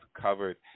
covered